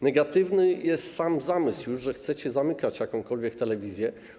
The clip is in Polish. Negatywny jest już sam zamysł, że chcecie zamykać jakąkolwiek telewizję.